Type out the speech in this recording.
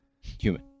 human